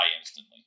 instantly